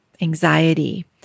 anxiety